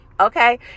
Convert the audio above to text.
Okay